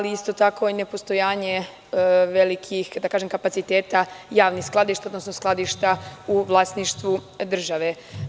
Isto tako i nepostojanje velikih kapaciteta javnih skladišta, odnosno skladišta u vlasništvu države.